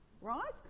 right